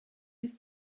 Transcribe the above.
oedd